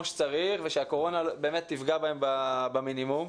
שצריך ושהקורונה באמת תפגע בהם במינימום.